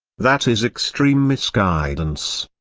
that is extreme misguidance.